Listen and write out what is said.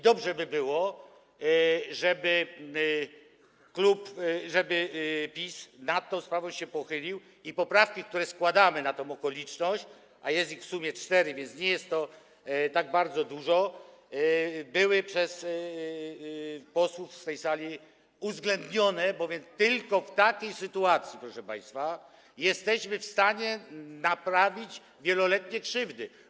Dobrze by było, żeby klub, żeby PiS nad tą sprawą się pochylił, żeby poprawki, które składamy na tę okoliczność, w sumie są to cztery poprawki, więc nie jest ich tak bardzo dużo, były przez posłów na tej sali uwzględnione, bowiem tylko w takiej sytuacji, proszę państwa, jesteśmy w stanie naprawić wieloletnie krzywdy.